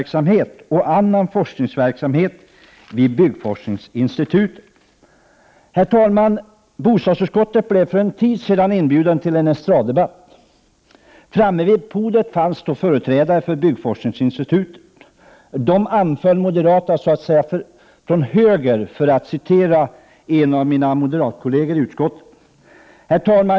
Herr talman! Bostadsutskottet blev för en tid sedan inbjudet till en estraddebatt. På podiet befann sig då företrädare för byggforskningsinstitutet. De anföll moderaterna från höger, för att citera en av mina moderata kolleger i utskottet.